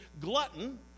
glutton